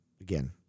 again